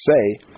say